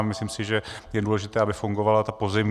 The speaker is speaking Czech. Myslím si, že je důležité, aby fungovala pozemní.